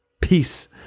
Peace